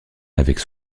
avec